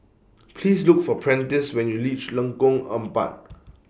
Please Look For Prentice when YOU REACH Lengkong Empat